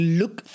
look